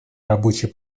рабочей